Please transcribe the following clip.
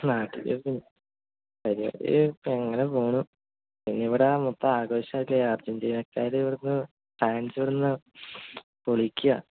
നാട്ടിലൊക്കെ പരിപാടി ഇപ്പോൾ ഇങ്ങനെ പോകണു ഇനിയിവിടെ മൊത്തം ആഘോഷമല്ലേ അർജന്റീനക്കാർ ഇവിടെ നിന്ന് ഫാൻസ് ഇവിടെ നിന്നു പൊളിക്കുകയാണ്